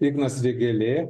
ignas vėgėlė